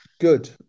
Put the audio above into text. Good